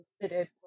considered